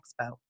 Expo